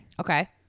Okay